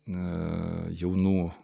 na jaunų